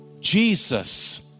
Jesus